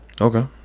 Okay